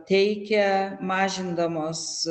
teikia mažindamos